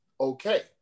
okay